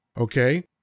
Okay